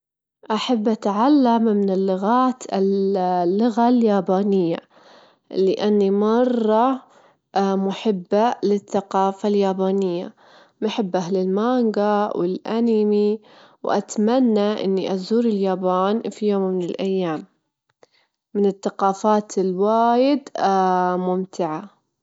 أفضل الجبال أكتر، أحبها أكتر من البحر، لأنها تعطي إحساس بالراحة والهدوء، وأجدر أطلع أتمشى مابين الصخور، وأجدر أشوف مناظر جميلة بعيدًا عن زحمة الحياة، الجبال فيها صفاء للنفس تأمل، وصفاء. للعقل